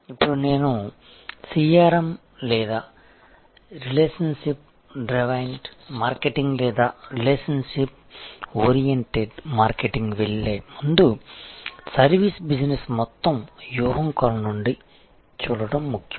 ఇప్పుడు నేను CRM లేదా రిలేషన్షిప్ డ్రివెన్డ్ మార్కెటింగ్ లేదా రిలేషన్షిప్ ఓరియెంటెడ్ మార్కెటింగ్కి వెళ్లే ముందు సర్వీస్ బిజినెస్ మొత్తం వ్యూహం కోణం నుండి చూడటం ముఖ్యం